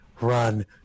run